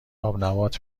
آبنبات